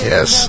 Yes